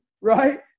right